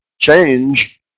change